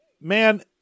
man